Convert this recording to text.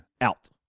out